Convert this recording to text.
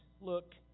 look